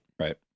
Right